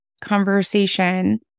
conversation